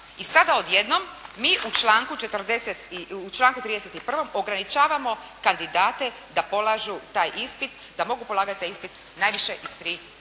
i sada odjednom mi u članku 31. ograničavamo kandidate da polažu taj ispit, da mogu polagati taj ispit najviše iz tri pokušaja.